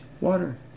Water